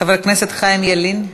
חבר הכנסת חיים ילין.